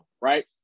right